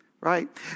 right